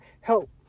help